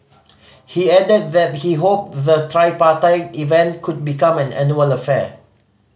he added that he hoped the tripartite event could become an annual affair